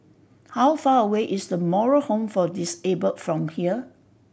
how far away is The Moral Home for Disabled from here